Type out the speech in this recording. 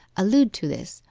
allude to this,